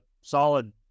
solid